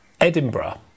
Edinburgh